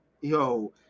Yo